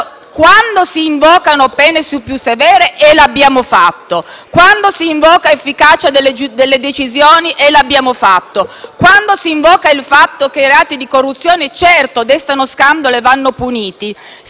quando si invocano pene più severe - e l'abbiamo fatto - quando si invoca l'efficacia delle decisioni - e l'abbiamo fatto - quando si invoca il fatto che i reati di corruzione, certo, destano scandalo e vanno puniti,